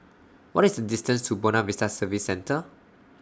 What IS The distance to Buona Vista Service Centre